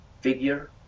figure